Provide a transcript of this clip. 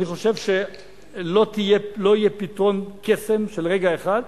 אני חושב שלא יהיה פתרון קסם של רגע אחד,